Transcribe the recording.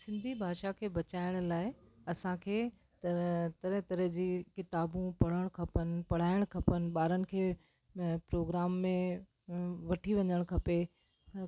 सिंधी भाषा खे बचाइण लाइ असांखे त तरह तरह जी किताबूं पढ़णु खपनि पढ़ाइणु खपनि ॿारनि खे प्रोग्राम में वठी वञणु खपे